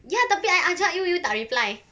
ya tapi I ajak you you tak reply